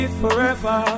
forever